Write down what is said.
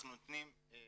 אנחנו נותנים תמיכה,